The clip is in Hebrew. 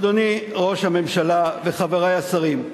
אדוני ראש הממשלה וחברי השרים,